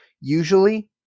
usually